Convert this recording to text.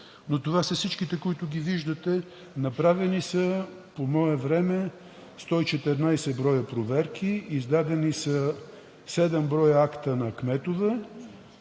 но това са всичките, които виждате – направени са по мое време 114 броя проверки, издадени са 7 броя акта на кметове.